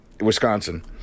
Wisconsin